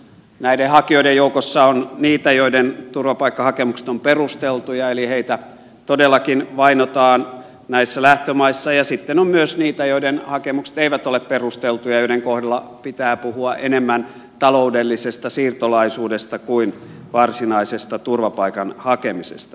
näiden hakijoiden joukossa on niitä joiden turvapaikkahakemukset ovat perusteltuja eli joita todellakin vainotaan näissä lähtömaissa ja sitten on myös niitä joiden hakemukset eivät ole perusteluja joiden kohdalla pitää puhua enemmän taloudellisesta siirtolaisuudesta kuin varsinaisesta turvapaikan hakemisesta